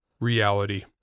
reality